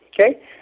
okay